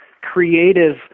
creative